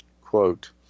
Quote